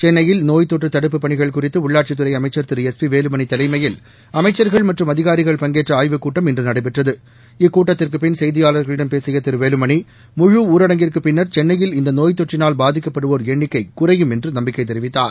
சென்னையில் நோய் தொற்று தடுப்புப் பணிகள் குறித்து உள்ளாட்சித்துறை அமைக்கள் திரு எஸ் பி வேலுமணி தலைமையில் அமைச்சா்கள் மற்றும் அதிகாரிகள் பங்கேற்ற ஆய்வுக்கூட்டம் இன்று நடைபெற்றது இக்கூட்டத்திற்குப் பின் செய்தியாளா்களிடம் பேசிய திரு வேலுமணி முழு ஊரடங்கிற்குப் பின்னா் சென்னையில் இந்த நோய் தொற்றினால் பாதிக்கப்படுவோர் எண்ணிக்கை குறையும் என்ற நம்பிக்கை தெரிவித்தார்